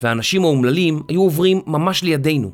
והאנשים האומללים היו עוברים ממש לידינו.